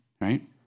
right